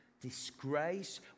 disgrace